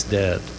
dead